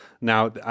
Now